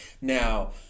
now